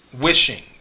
wishing